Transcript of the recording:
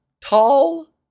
tall